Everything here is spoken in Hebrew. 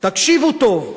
"תקשיבו טוב,